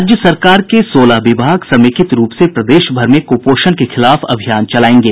राज्य सरकार के सोलह विभाग समेकित रूप से प्रदेश भर में कुपोषण के खिलाफ अभियान चलायेंगे